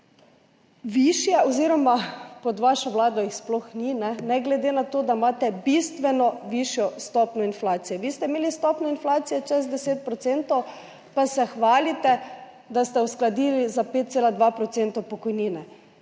višje oziroma pod vašo vlado jih sploh ni, ne glede na to, da imate bistveno višjo stopnjo inflacije. Vi ste imeli stopnjo inflacije čez 10 % pa se hvalite, da ste uskladili za 5,2 % pokojnine.